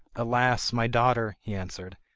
alas! my daughter he answered,